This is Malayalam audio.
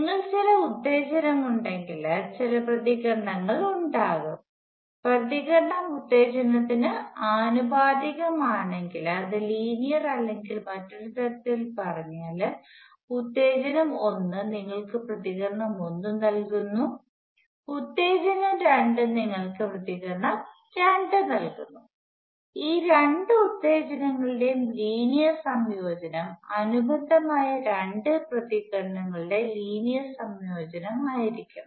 നിങ്ങൾക്ക് ചില ഉത്തേജനം ഉണ്ടെങ്കിൽ ചില പ്രതികരണങ്ങൾ ഉണ്ടാകും പ്രതികരണം ഉത്തേജനത്തിനു ആനുപാതികം ആണെങ്കിൽ അത് ലീനിയർ അല്ലെങ്കിൽ മറ്റൊരു തരത്തിൽ പറഞ്ഞാൽ ഉത്തേജനം ഒന്ന് നിങ്ങൾക്ക് പ്രതികരണം ഒന്ന് നൽകുന്നു ഉത്തേജനം രണ്ട് നിങ്ങൾക്ക് പ്രതികരണം രണ്ട് നൽകുന്നു ഈ രണ്ട് ഉത്തേജനങ്ങളുടെയും ലീനിയർ സംയോജനം അനുബന്ധമായ രണ്ട് പ്രതികരണങ്ങളുടെ ലീനിയർ സംയോജനം ആയിരിക്കണം